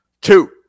Two